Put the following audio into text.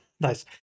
Nice